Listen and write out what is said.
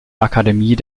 akademie